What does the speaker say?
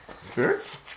Spirits